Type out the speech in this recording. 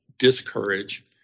Discourage